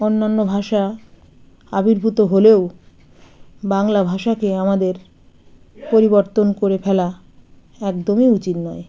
অন্যান্য ভাষা আবির্ভূত হলেও বাংলা ভাষাকে আমাদের পরিবর্তন করে ফেলা একদমই উচিত নয়